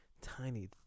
tiny